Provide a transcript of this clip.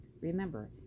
Remember